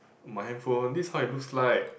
my handphone this is how it looks like